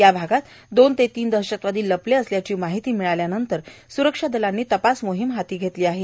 या आगात दोन ते तीन दहशतवादी लपल्याची माहिती मिळाल्यावरून सुरक्षा दलांनी तपास मोहीम हाती घेतली आहे